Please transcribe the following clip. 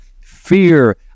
fear